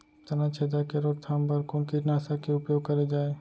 तनाछेदक के रोकथाम बर कोन कीटनाशक के उपयोग करे जाये?